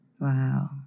wow